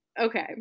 okay